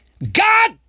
God